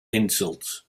insults